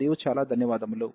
మరియు చాలా ధన్యవాదాలు